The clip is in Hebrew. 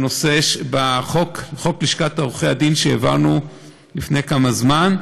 בחוק לשכת עורכי הדין שהעברנו לפני כמה זמן,